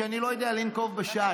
ואני לא יודע לנקוב בשעה.